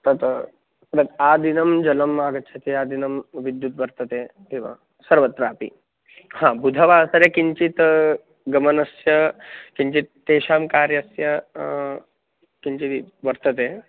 तत् आदिनं जलम् आगच्छति आदिनं विद्युत् वर्तते एव सर्वत्रापि हा बुधवासरे किञ्चित् गमनस्य किञ्चित् तेषां कार्यस्य किञ्चित् वर्तते